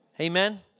Amen